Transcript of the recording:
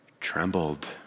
trembled